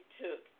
took